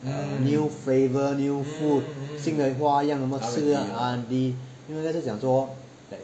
err new flavour new food 新的花样什么东西 lah R&D 这个是讲说 that